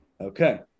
Okay